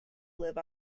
live